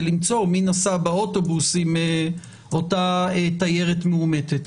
למצוא מי נסע באוטובוס עם אותה תיירת מאומתת.